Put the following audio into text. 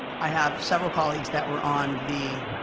i have several colleagues that were on the